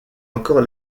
encore